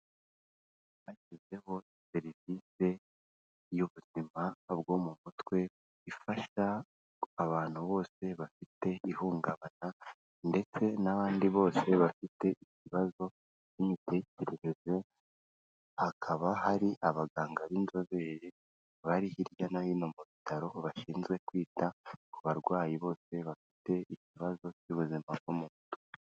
Bashyizeho serivise y'ubuzima bwo mu mutwe, ifasha abantu bose bafite ihungabana ndetse n'abandi bose bafite ikibazo by'imitekerereze, hakaba hari abaganga b'inzobere bari hirya no hino mu bitaro, bashinzwe kwita ku barwayi bose bafite ikibazo cy'ubuzima bwo mu mutwe.